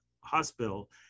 hospital